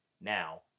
Now